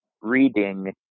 reading